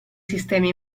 sistemi